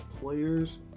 players